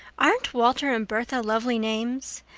aren't walter and bertha lovely names?